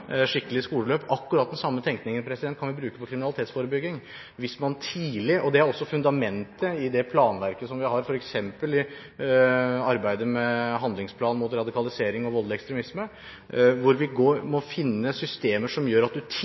skikkelig skoleløp. Nettopp den samme tenkningen kan vi bruke i kriminalitetsforebyggingen. Dette er også fundamentet i det planverket som vi har i f.eks. arbeidet med handlingsplanen mot radikalisering og voldelig ekstremisme, hvor vi må finne systemer som gjør at